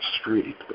street